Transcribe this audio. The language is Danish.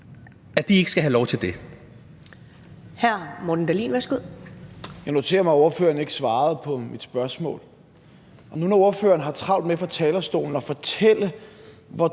Morten Dahlin (V): Jeg noterer mig, at ordføreren ikke svarede på mit spørgsmål. Nu når ordføreren har travlt med fra talerstolen at fortælle, hvor